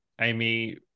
Amy